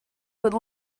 would